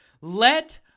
Let